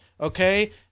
Okay